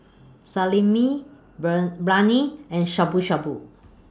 Salami Brain Biryani and Shabu Shabu